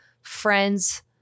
friends